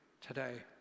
today